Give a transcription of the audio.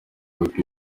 wibuke